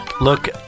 Look